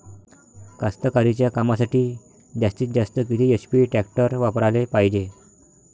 कास्तकारीच्या कामासाठी जास्तीत जास्त किती एच.पी टॅक्टर वापराले पायजे?